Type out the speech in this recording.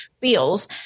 feels